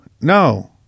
No